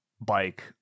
bike